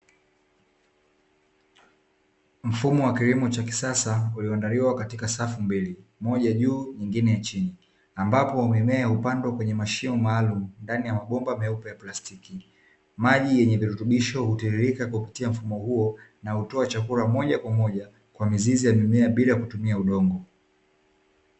Mfumo wa kilimo cha kisasa ulioandaliwa katika safu mbili, moja juu nyingine chini. Ambapo mimea hupandwa kwenye mashimo maalumu ndani ya mabomba meupe ya plastiki. Maji yenye virutubisho hutiririka kupitia mfumo huo, na hutoa chakula moja kwa moja kwa mizizi ya mimea bila kutumia udongo.